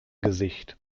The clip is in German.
gesicht